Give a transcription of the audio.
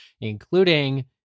including